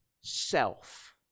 Self